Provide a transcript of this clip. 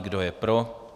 Kdo je pro?